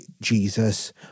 Jesus